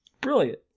Brilliant